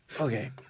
okay